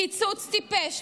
קיצוץ טיפש,